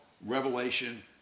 revelation